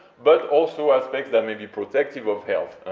but also aspects that may be protective of health,